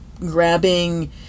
Grabbing